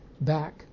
back